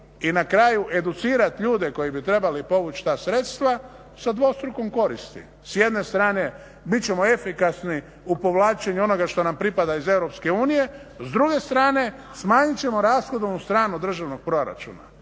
i na kraju educirati ljude koji bi trebali povući ta sredstva sa dvostrukom koristi. S jedne strane bit ćemo efikasni u povlačenju onoga što nam pripada iz EU, s druge strane smanjit ćemo rashodovnu stranu državnog proračuna